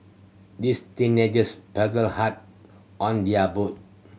this teenagers paddled hard on their boat